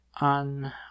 on